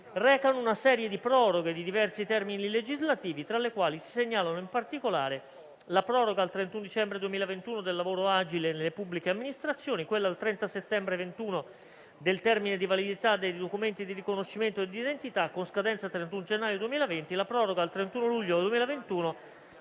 recano una serie di proroghe di diversi termini legislativi, tra le quali si segnalano in particolare la proroga al 31 dicembre 2021 del lavoro agile nelle pubbliche amministrazioni, quella al 30 settembre 2021 del termine di validità dei documenti di riconoscimento d'identità con scadenza 31 gennaio 2020; la proroga al 31 luglio 2021